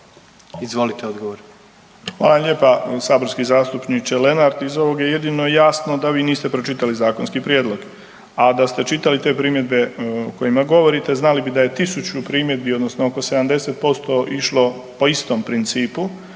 Tomislav (HDZ)** Hvala lijepa saborski zastupniče Lenart, iz ovog je jedino jasno da vi niste pročitali zakonske prijedloge. A da ste čitali te primjedbe o kojima govorite znali bi da je 1000 primjedbi odnosno oko 70% išlo po istom principu,